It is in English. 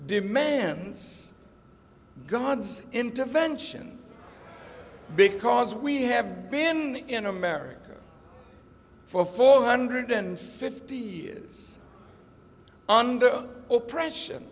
demands god's intervention because we have been in america for four hundred and fifty years under oppression